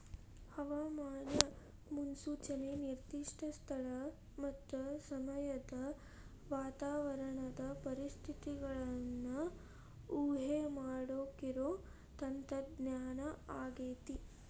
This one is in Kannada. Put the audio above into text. ಹವಾಮಾನ ಮುನ್ಸೂಚನೆ ನಿರ್ದಿಷ್ಟ ಸ್ಥಳ ಮತ್ತ ಸಮಯದ ವಾತಾವರಣದ ಪರಿಸ್ಥಿತಿಗಳನ್ನ ಊಹೆಮಾಡಾಕಿರೋ ತಂತ್ರಜ್ಞಾನ ಆಗೇತಿ